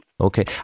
Okay